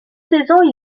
saison